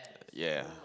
ya